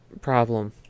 problem